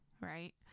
right